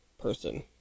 person